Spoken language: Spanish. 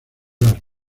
las